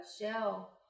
Shell